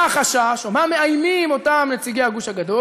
מה החשש, או מה מאיימים אותם נציגי הגוש הגדול?